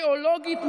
תיאולוגית,